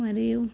మరియు